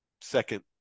second